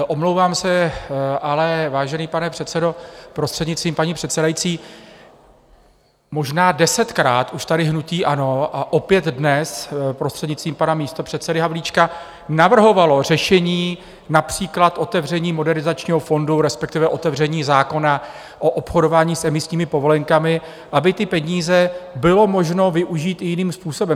Omlouvám se, ale, vážený pane předsedo, prostřednictvím paní předsedající, možná desetkrát už tady hnutí ANO, a opět dnes prostřednictvím pana místopředsedy Havlíčka, navrhovalo řešení, například otevření Modernizačního fondu, respektive otevření zákona o obchodování s emisními povolenkami, aby ty peníze bylo možno využít i jiným způsobem.